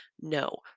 No